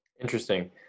Interesting